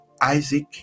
Isaac